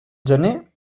gener